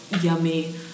yummy